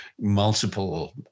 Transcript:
multiple